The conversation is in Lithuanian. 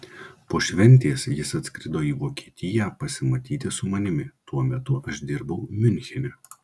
po šventės jis atskrido į vokietiją pasimatyti su manimi tuo metu aš dirbau miunchene